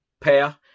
pair